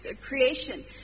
creation